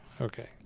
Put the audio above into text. Okay